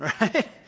Right